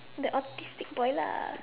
the autistic boy lah